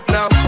Now